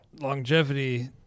longevity